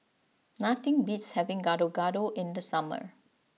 nothing beats having Gado Gado in the summer